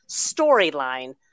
storyline